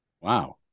Wow